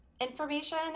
information